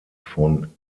von